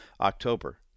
October